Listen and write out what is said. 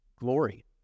glory